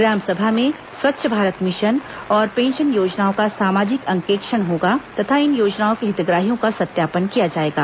ग्राम सभा में स्वच्छ भारत मिशन और पेंशन योजनाओं का सामाजिक अंकेक्षण होगा तथा इन योजनाओं के हितग्राहियों का सत्यापन किया जाएगा